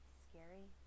scary